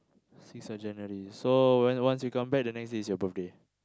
sixth of January so when once you come back the next day is your birthday